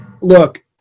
look